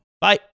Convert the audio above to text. Bye